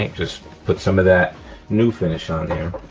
just put some of that new finish on here,